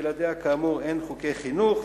שבלעדיה כאמור אין חוקי חינוך,